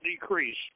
decrease